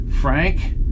Frank